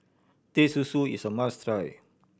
Teh Susu is a must try